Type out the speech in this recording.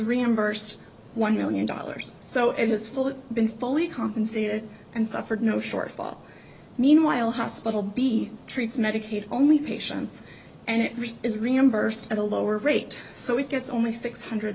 reimbursed one million dollars so it has full been fully compensated and suffered no shortfall meanwhile hospital b treats medicaid only patients and it really is reimbursed at a lower rate so it gets only six hundred